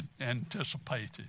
anticipated